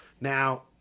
Now